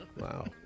Wow